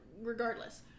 regardless